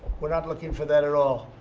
we're not looking for that at all.